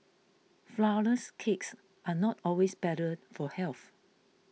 Flourless Cakes are not always better for health